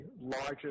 largest